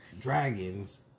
dragons